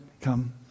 come